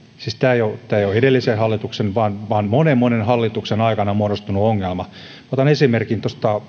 siis tämä ei ole edellisen hallituksen vaan vaan monen monen hallituksen aikana muodostunut ongelma otan esimerkin